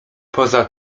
poza